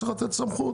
צריך לתת סמכות,